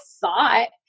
thought